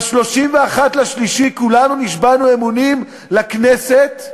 ב-31 במרס כולנו נשבענו אמונים לכנסת,